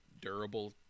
durable